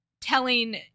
telling